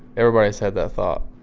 everybody's had that thought.